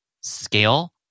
scale